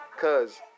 Cause